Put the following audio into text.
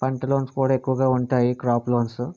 పంట లోన్స్ కూడా ఎక్కువగా ఉంటాయి క్రాప్ లోన్స్